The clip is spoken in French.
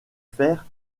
faire